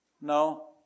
No